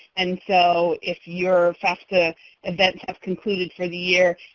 and so if your fafsa events have concluded for the year,